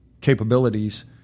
capabilities